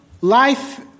life